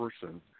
person